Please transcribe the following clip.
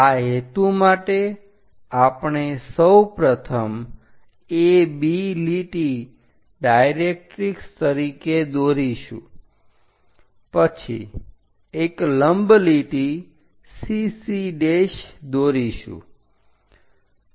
આ હેતુ માટે આપણે સૌપ્રથમ AB લીટી ડાયરેક્ટરીક્ષ તરીકે દોરીશું પછી એક લંબ લીટી CC દોરીશું